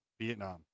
Vietnam